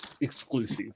exclusive